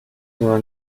were